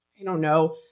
you know know.